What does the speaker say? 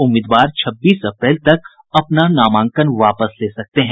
उम्मीदवार छब्बीस अप्रैल तक अपना नामांकन वापस ले सकते हैं